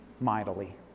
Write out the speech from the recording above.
mightily